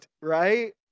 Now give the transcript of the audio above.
right